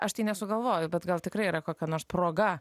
aš tai nesugalvoju bet gal tikrai yra kokia nors proga